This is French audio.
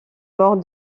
morte